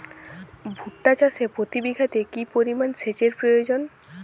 ভুট্টা চাষে প্রতি বিঘাতে কি পরিমান সেচের প্রয়োজন?